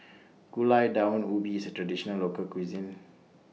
Gulai Daun Ubi IS A Traditional Local Cuisine